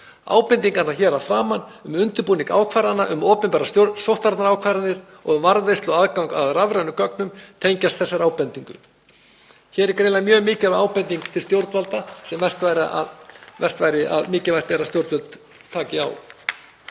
Ábendingarnar hér að framan um undirbúning ákvarðana um opinberar sóttvarnaráðstafanir og um varðveislu og aðgang að rafrænum gögnum tengjast þessari ábendingu.“ Hér er greinilega mjög mikið af ábendingum til stjórnvalda sem mikilvægt er að stjórnvöld taki á.